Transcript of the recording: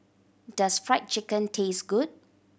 does Fried Chicken taste good